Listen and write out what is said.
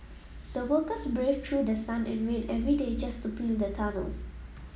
the workers braved through the sun and rain every day just to build the tunnel